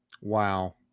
Wow